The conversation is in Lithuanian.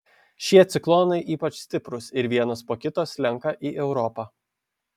šie ciklonai ypač stiprūs ir vienas po kito slenka į europą